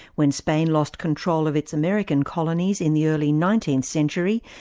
when spain lost control of its american colonies in the early nineteenth century,